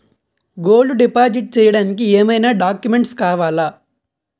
Gold deposit చేయడానికి ఏమైనా documents కావాలా?